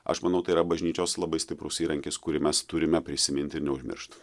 aš manau tai yra bažnyčios labai stiprus įrankis kurį mes turime prisiminti ir neužmiršt